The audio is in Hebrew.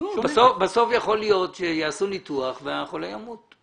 בסוף יכול להיות שיעשו ניתוח והחולה ימות.